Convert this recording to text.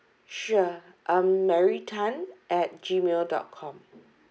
sure um mary Tan at gmail dot com